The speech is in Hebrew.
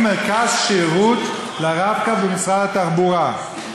מרכז שירות ל"רב-קו" במשרד התחבורה,